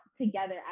together